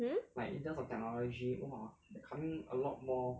mmhmm